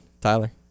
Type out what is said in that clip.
tyler